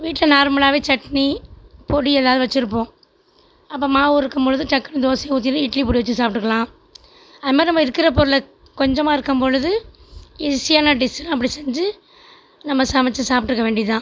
வீட்டில் நார்மலாகவே சட்னி பொடி ஏதாவது வச்சுருப்போம் அப்போது மாவு இருக்கும் பொழுது டக்குனு தோசையை ஊத்திட்டு இட்லி பொடி வைத்து சாப்பிட்டுக்கலாம் அது மாதிரி நம்ப இருக்கிற பொருளை கொஞ்சமாக இருக்கும் பொழுது ஈஸியான டிஷ் அப்படி செஞ்சு நம்ம சமைச்சு சாப்பிட்டுக்க வேண்டியது தான்